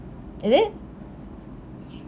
is it